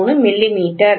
00063 millimetre